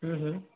ହୁଁ ହୁଁ